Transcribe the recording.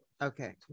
Okay